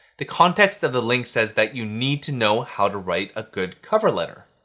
the context of the link says that you need to know how to write a good cover letter.